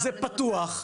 זה פתוח,